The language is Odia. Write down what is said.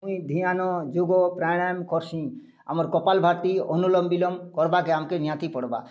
ମୁଇଁ ଧ୍ୟାନ ଯୋଗ ପ୍ରାଣାୟମ୍ କର୍ସିଁ ଆମର୍ କପାଲ୍ଭାତୀ ଅନୁଲମ୍ ବିଲୋମ୍ କର୍ବାର୍କେ ଆମ୍କେ ନିହାତି ପଡ଼୍ବା